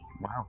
Wow